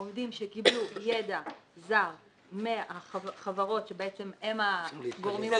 עובדים שקיבלו ידע זר מהחברות שבעצם הם הגורמים המעסיקים.